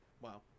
Wow